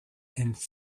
and